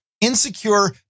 insecure